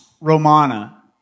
Romana